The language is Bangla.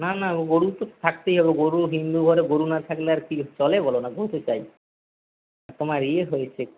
না না ও গরু তো থাকতেই হবে গরু হিন্দু ঘরে গরু না থাকলে আর কি চলে বলো না গরু তো চাই তোমার ইয়ে হয়েছে